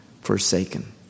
forsaken